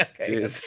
okay